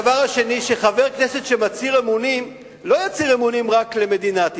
שחבר כנסת שמצהיר אמונים לא יצהיר אמונים רק למדינת ישראל,